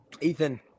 Ethan